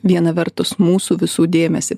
viena vertus mūsų visų dėmesį